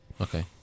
Okay